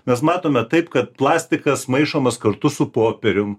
mes matome taip kad plastikas maišomas kartu su popierium